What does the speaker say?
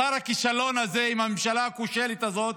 שר הכישלון הזה עם הממשלה הכושלת הזאת